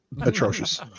Atrocious